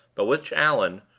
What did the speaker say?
but which allan,